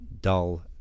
dull